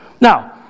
Now